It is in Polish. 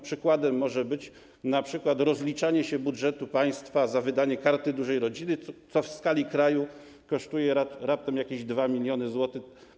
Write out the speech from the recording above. Przykładem może być np. rozliczanie się budżetu państwa za wydanie Karty Dużej Rodziny, co w skali kraju po tych zmianach kosztuje raptem jakieś 2 mln zł.